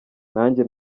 nanjye